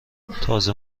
تازه